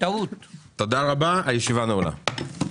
תודה רבה לכולם, הישיבה נעולה.